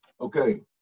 Okay